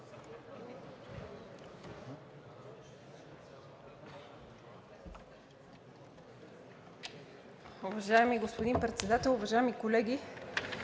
Уважаеми господин Председател, уважаеми дами